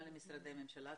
גם למשרדי הממשלה.